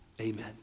amen